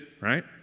right